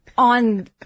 on